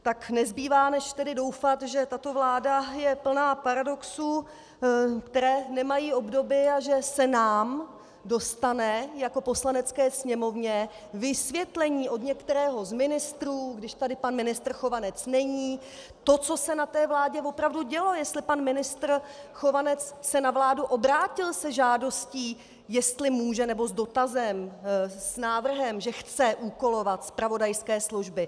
Tak nezbývá než doufat, že tato vláda je plná paradoxů, které nemají obdoby, a že se nám dostane jako Poslanecké sněmovně vysvětlení od některého z ministrů, když tady pan ministr vnitra Chovanec není, toho, co se na té vládě opravdu dělo, jestli ministr vnitra Chovanec se na vládu obrátil se žádostí, jestli může, nebo s dotazem, s návrhem, že chce úkolovat zpravodajské služby.